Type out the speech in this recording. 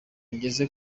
ngeze